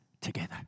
together